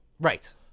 Right